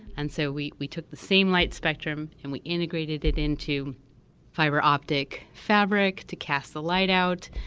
and so we we took the same light spectrum and we integrated it into fiber-optic fabric to cast the light out,